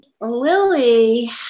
Lily